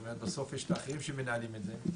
זאת אומרת בסוף יש את האחרים שמנהלים את זה.